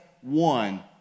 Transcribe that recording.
one